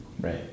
Right